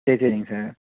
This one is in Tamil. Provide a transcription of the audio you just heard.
சரி சரிங்க சார்